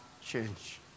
change